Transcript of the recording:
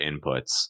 inputs